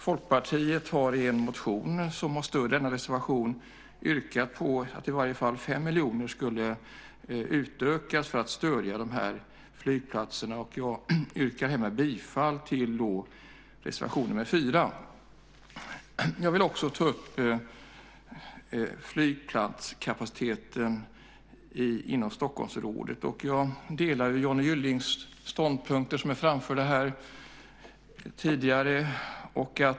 Folkpartiet har i en motion, som har stöd i denna reservation, yrkat att stödet till dessa flygplatser skulle utökas med i varje fall 5 miljoner. Jag yrkar härmed bifall till reservation 4. Jag vill också ta upp flygplatskapaciteten inom Stockholmsområdet. Jag delar de ståndpunkter som Johnny Gylling förde fram här tidigare.